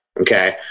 okay